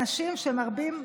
כי רציתי לדבר על האנשים שמרבים,